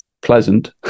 pleasant